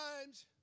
times